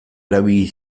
erabili